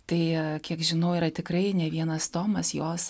tai kiek žinau yra tikrai ne vienas tomas jos